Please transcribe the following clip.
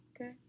Okay